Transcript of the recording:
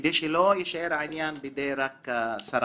כדי שהעניין לא יישאר רק בידי השרה.